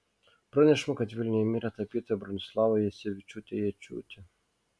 pranešama kad vilniuje mirė tapytoja bronislava jacevičiūtė jėčiūtė